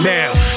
Now